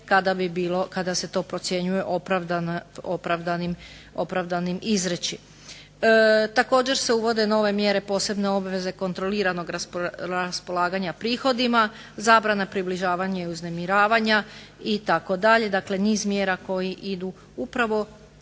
kada se to procjenjuje opravdanim izreći. Također se uvode nove mjere posebne obveze kontroliranog raspolaganja prihodima, zabrana približavanja i uznemiravanja itd. Dakle, niz mjera koji idu upravo